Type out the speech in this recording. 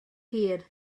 hir